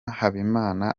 habimana